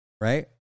right